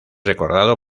recordado